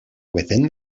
within